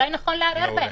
אולי נכון לערער בהם,